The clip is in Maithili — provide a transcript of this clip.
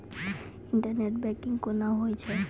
इंटरनेट बैंकिंग कोना होय छै?